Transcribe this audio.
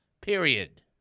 period